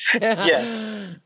Yes